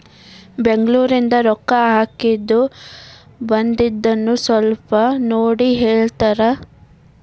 ಬೆಂಗ್ಳೂರಿಂದ ರೊಕ್ಕ ಹಾಕ್ಕಿದ್ದು ಬಂದದೇನೊ ಸ್ವಲ್ಪ ನೋಡಿ ಹೇಳ್ತೇರ?